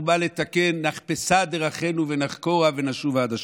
הוא בא לתקן: "נחפשה דרכינו ונחקרה ונשובה עד ה'".